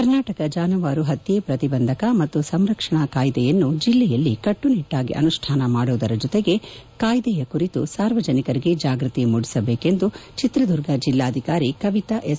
ಕರ್ನಾಟಕ ಜಾನುವಾರು ಪತ್ತೆ ಪ್ರತಿಬಂಧಕ ಮತ್ತು ಸಂರಕ್ಷಣಾ ಕಾಯ್ದೆಯನ್ನು ಜಿಲ್ಲೆಯಲ್ಲಿ ಕಟ್ಟುನಿಟ್ಟಾಗಿ ಅನುಷ್ಠಾನ ಮಾಡುವುದರ ಜೊತೆಗೆ ಕಾಯ್ದೆಯ ಕುರಿತು ಸಾರ್ವಜನಿಕರಿಗೆ ಜಾಗ್ಬತಿ ಮೂಡಿಸಬೇಕು ಎಂದು ಚಿತ್ರದುರ್ಗ ಜಿಲ್ಲಾಧಿಕಾರಿ ಕವಿತಾ ಎಸ್